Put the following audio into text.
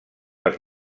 les